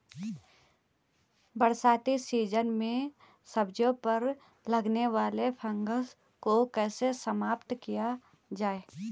बरसाती सीजन में सब्जियों पर लगने वाले फंगस को कैसे समाप्त किया जाए?